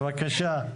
הדין, בבקשה.